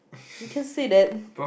you can say that